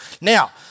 Now